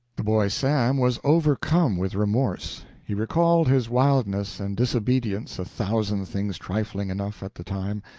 the boy sam was overcome with remorse. he recalled his wildness and disobedience a thousand things trifling enough at the time,